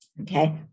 Okay